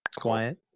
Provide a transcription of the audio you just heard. Quiet